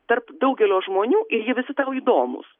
tarp daugelio žmonių ir jie visi tau įdomūs